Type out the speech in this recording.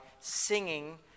singing